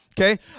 okay